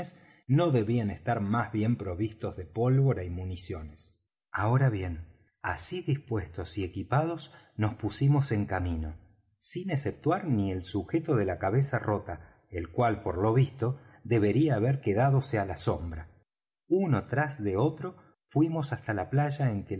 no debían estar más bien provistos de pólvora y municiones ahora bien así dispuestos y equipados nos pusimos en camino sin exceptuar ni el sujeto de la cabeza rota el cual por lo visto debería haber quedádose á la sombra uno tras de otro fuimos hasta la playa en